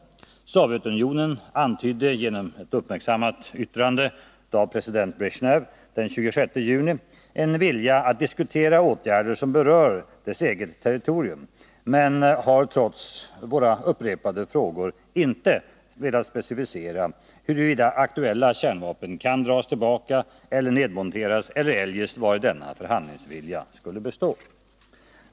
Sovjetunionen antydde genom ett uppmärksammat yttrande av president Bresjnev den 26 juni en vilja att diskutera åtgärder som berör dess eget territorium, men har trots våra upprepade frågor inte specificerat huruvida aktuella kärnvapen kan dras tillbaka eller nedmonteras eller eljest vari denna förhandlingsvilja skulle bestå.